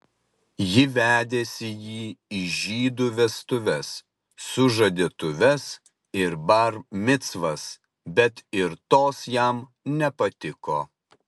ji vedėsi jį į žydų vestuves sužadėtuves ir bar micvas bet ir tos jam nepatiko